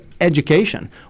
education